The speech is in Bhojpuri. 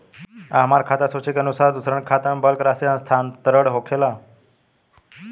आ हमरा खाता से सूची के अनुसार दूसरन के खाता में बल्क राशि स्थानान्तर होखेला?